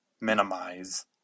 minimize